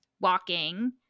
walking